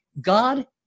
God